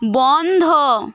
বন্ধ